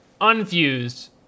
unfused